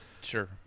Sure